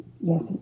Yes